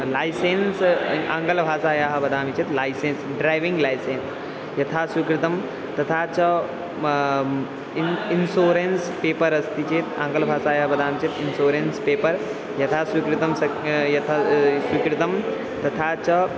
licence आङ्गलभाषायां वदामि चेत् लैसेन्स् ड्रैविङ्ग् लैसेन्स् यथा स्वीकृतं तथा च इन् इन्सोरेन्स् पेपर् अस्ति चेत् आङ्गलभाषायां वदामि चेत् इन्सोरेन्स् पेपर् यथा स्वीकृतं स्वीकृतं तथा च